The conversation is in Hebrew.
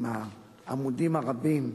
עם העמודים הרבים,